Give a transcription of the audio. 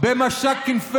פספסת את הקריאה.